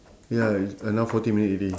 ya it's and now fourteen minute already